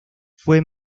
fue